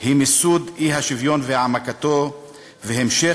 היא מיסוד האי-שוויון והעמקתו והמשך